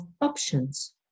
options